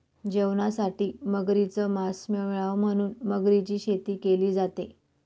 जेवणासाठी मगरीच मास मिळाव म्हणून मगरीची शेती केली जाते